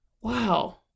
Wow